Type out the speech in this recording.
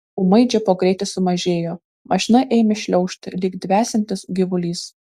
ūmai džipo greitis sumažėjo mašina ėmė šliaužti lyg dvesiantis gyvulys